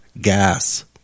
gas